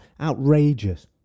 outrageous